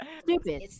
stupid